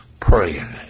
praying